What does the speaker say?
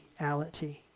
reality